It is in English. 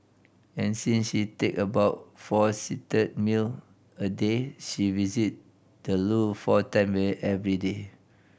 and since she take about four seated meal a day she visit the loo four time every day